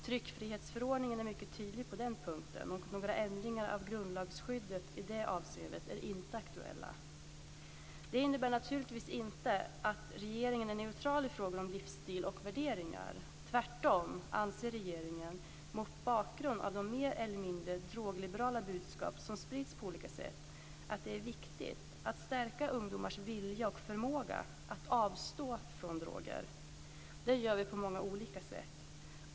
Tryckfrihetsförordningen är mycket tydlig på den punkten. Några ändringar av grundlagsskyddet i det avseendet är inte aktuella. Det innebär naturligtvis inte att regeringen är neutral i frågor om livsstil och värderingar. Tvärtom anser regeringen, mot bakgrund av de mer eller mindre drogliberala budskap som sprids på olika sätt, att det är viktigt att stärka ungdomars vilja och förmåga att avstå från droger. Det gör vi på många olika sätt.